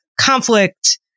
conflict